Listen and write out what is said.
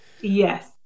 Yes